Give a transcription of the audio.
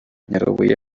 nyarubuye